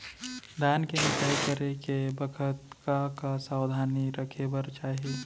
धान के मिसाई करे के बखत का का सावधानी रखें बर चाही?